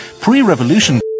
Pre-revolution